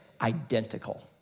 Identical